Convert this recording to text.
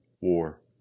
war